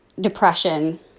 depression